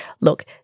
look